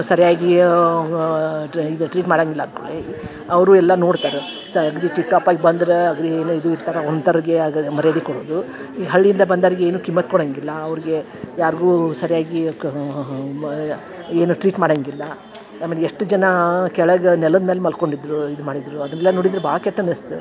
ಸರಿಯಾಗಿ ಟ್ರಿ ಇದು ಟ್ರೀಟ್ ಮಾಡಾಂಗಿಲ್ಲ ಅನ್ಕೊಳ್ಳಿ ಅವರು ಎಲ್ಲ ನೋಡ್ತರೆ ಸಗ್ದಿ ಟಿಪ್ ಟಾಪ್ ಆಗಿ ಬಂದ್ರ ಅದೇನು ಇದು ಇರ್ತಾರ ಒಂತರ್ಗೆ ಆಗ ಮರ್ಯಾದಿ ಕೊಡೋದು ಈ ಹಳ್ಳಿಯಿಂದ ಬಂದರ್ಗ ಏನು ಕಿಮ್ಮತ್ತು ಕೊಡಂಗಿಲ್ಲ ಅವ್ರ್ಗೆ ಯಾರಿಗೂ ಸರಿಯಾಗಿ ಕ ಮ ಏನು ಟ್ರೀಟ್ ಮಾಡಾಂಗಿಲ್ಲ ಆಮೇಲೆ ಎಷ್ಟು ಜನ ಕೆಳಗೆ ನೆಲದ ಮೇಲೆ ಮಲ್ಕೊಂಡಿದ್ದರು ಇದು ಮಾಡಿದ್ದರು ಅದುನ್ನೆಲ್ಲ ನೋಡಿದ್ರ ಭಾಳ್ ಕೆಟ್ಟ ಅನಸ್ತ